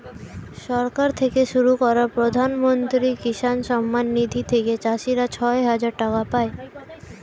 সরকার থেকে শুরু করা প্রধানমন্ত্রী কিষান সম্মান নিধি থেকে চাষীরা ছয় হাজার টাকা পায়